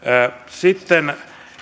sitten